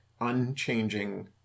unchanging